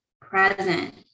present